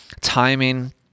timing